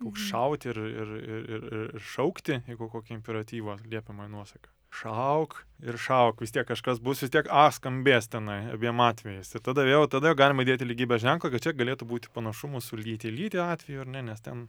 koks šauti ir ir ir ir šaukti jeigu kokį imperatyvą liepiamąją nuosaką šauk ir šauk vis tiek kažkas bus vis tiek a skambės tenai abiem atvejais tai tada vėl tada galima dėti lygybės ženklą kad čia galėtų būti panašumų su lyti lyti atveju ar ne nes ten